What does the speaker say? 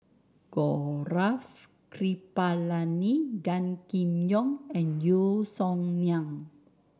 Gaurav Kripalani Gan Kim Yong and Yeo Song Nian